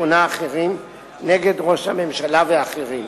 ושמונה אחרים נגד ראש הממשלה ואחרים.